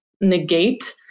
negate